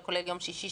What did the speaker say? לא כולל יום שישי,